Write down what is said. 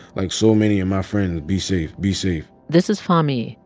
like, so many of my friends, be safe, be safe this is fahmee,